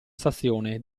stazione